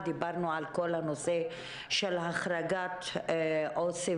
דיברנו על כל הנושא של החרגת עו"סים